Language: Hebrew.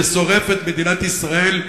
ששורף את מדינת ישראל,